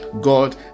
god